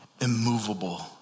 immovable